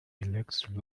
elects